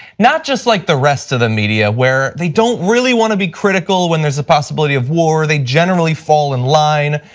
not just like the rest of the media where they don't really want to be critical when there is a possibility of war, they generally fall in line,